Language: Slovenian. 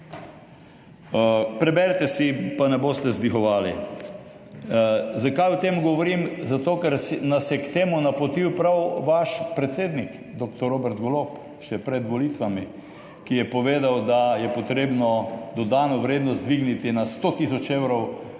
Preberite si, pa ne boste vzdihovali. Zakaj o tem govorim? Zato ker nas je k temu napotil prav vaš predsednik dr. Robert Golob še pred volitvami, ki je povedal, da je potrebno dodano vrednost dvigniti na 100 tisoč evrov